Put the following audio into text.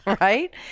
Right